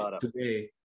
today